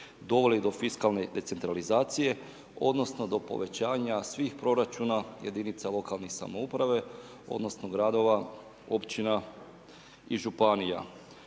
doveli do fiskalne decentralizacije, odnosno do povećanja svih proračuna jedinice lokalne samouprave, odnosno, gradova, općina i županija.